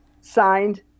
signed